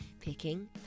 picking